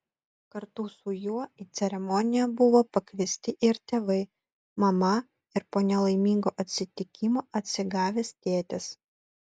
kartu su juo į ceremoniją buvo pakviesti ir tėvai mama ir po nelaimingo atsitikimo atsigavęs tėtis